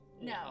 No